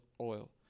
oil